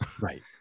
right